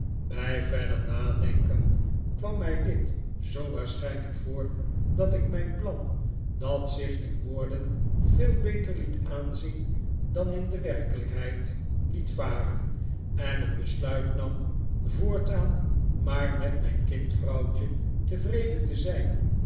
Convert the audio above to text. bij verder nadenken kwam mij dit zoo waarschijnlijk voor dat ik mijn plan dat zich in woorden veel beter liet aanzien dan in de werkelijkheid liet varen en het besluit nam voortaan maar met mijn kindvrouwtje tevreden te zijn